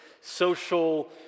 social